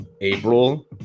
April